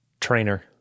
Trainer